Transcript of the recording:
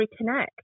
reconnect